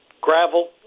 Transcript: gravel